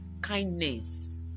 kindness